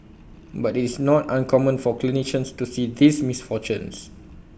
but IT is not uncommon for clinicians to see these misfortunes